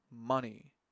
money